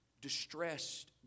distressed